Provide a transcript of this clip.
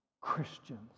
Christians